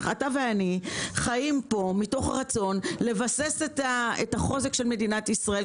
אתה ואני חיים כאן מתוך רצון לבסס את החוזק של מדינת ישראל,